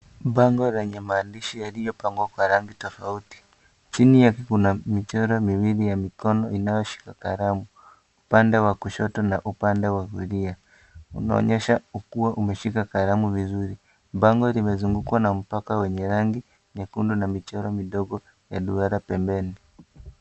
Bango lenye mandishi, yalilopangwa kwa rangi tofauti .Chini yake kuna michoro miwili ya mikono inayoshika kalamu. Upande wa kushoto na upande wa kulia. Unaonyesha ukuwa umeshika kalamu vizuri. Bango limezungukwa na mpaka wenye rangi nyekundu na michoro midogo ya duara pembeni.